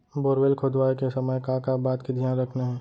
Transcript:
Borewell खोदवाए के समय का का बात के धियान रखना हे?